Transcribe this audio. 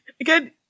Again